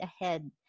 ahead